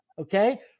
okay